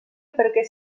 perquè